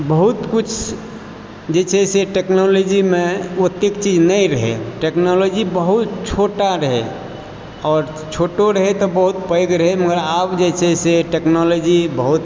बहुत किछु जे छै से टेक्नोलॉजी मे ओत्तेक चीज नहि रहै टेक्नोलॉजी बहुत छोटा रहै आओर छोटो रहै तऽ बहुत पैघ रहै मगर आब जे छै से टेक्नोलॉजी बहुत